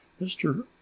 Mr